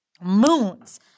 moons